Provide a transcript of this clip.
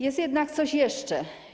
Jest jednak coś jeszcze.